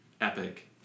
epic